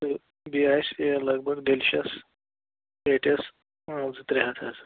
تہٕ بیٚیہِ آسہِ یہِ لگ بگ ڈٮ۪لِشَس پیٹیس اَکھ زٕ ترٛےٚ ہَتھ حظ